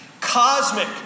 cosmic